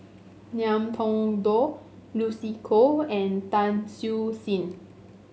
Ngiam Tong Dow Lucy Koh and Tan Siew Sin